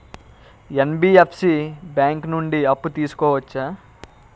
NBFC bank నుండి అప్పు తీసుకోవచ్చా?